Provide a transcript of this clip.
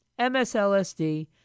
MSLSD